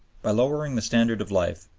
by lowering the standard of life,